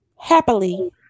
Happily